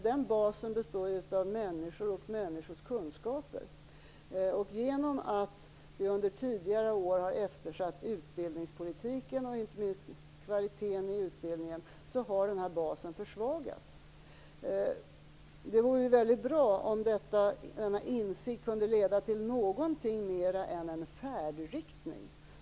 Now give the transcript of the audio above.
Den basen består ju av människor och människors kunskaper. Genom att vi under tidigare år har eftersatt utbildningspolitiken och inte minst kvaliteten i utbildningen har basen försvagats. Det vore väldigt bra om denna insikt kunde leda till någonting mera än en färdriktning.